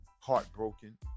heartbroken